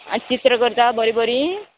आतां चित्र करता बरीं बरी